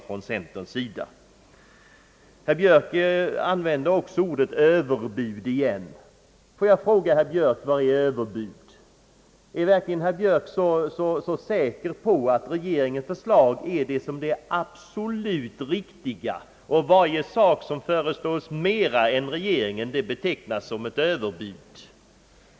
Herr Björk använde åter uttrycket överbud. Får jag fråga herr Björk: Vad är överbud? Är verkligen herr Björk säker på att regeringens förslag är det absolut riktiga och att allt vad som föreslås utöver regeringens förslag kan betecknas såsom överbud?